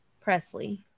Presley